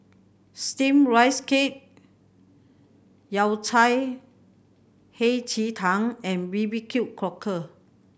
Steamed Rice Cake Yao Cai Hei Ji Tang and B B Q Cockle